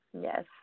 Yes